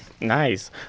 Nice